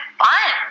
fun